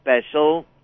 special